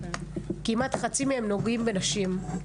כמעט חצי מהם נוגעים בנשים.